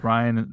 Ryan